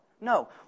no